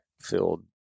filled